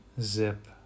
zip